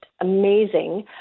amazing